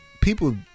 people